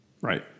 Right